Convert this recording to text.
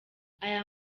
aya